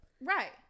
Right